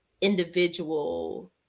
individual